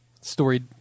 Story